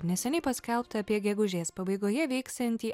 neseniai paskelbta apie gegužės pabaigoje vyksiantį